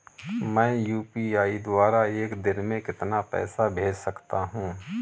मैं यू.पी.आई द्वारा एक दिन में कितना पैसा भेज सकता हूँ?